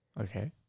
Okay